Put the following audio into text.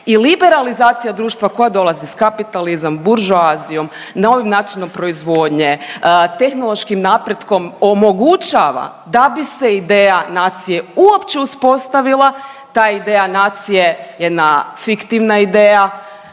i liberalizacija društva koja dolazi s kapitalizam, buržoazijom, novim načinom proizvodnje, tehnološkim napretkom omogućava da bi se ideja nacije uopće uspostavila ta ideja nacije, jedna fiktivna ideja.